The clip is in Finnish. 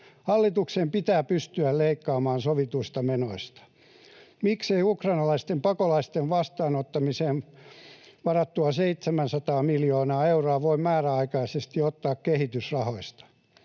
Hallituksen pitää pystyä leikkaamaan sovituista menoista. Miksei ukrainalaisten pakolaisten vastaanottamiseen varattua 700:aa miljoonaa euroa voi määräaikaisesti ottaa kehitysrahoista?